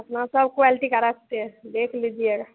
अपना सब क्वालिटी का रखते हैं देख लीजिएगा